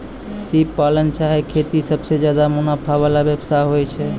सिप पालन चाहे खेती सबसें ज्यादे मुनाफा वला व्यवसाय होय छै